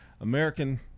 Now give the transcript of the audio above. American